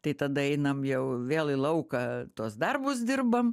tai tada einam jau vėl į lauką tuos darbus dirbam